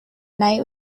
night